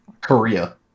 Korea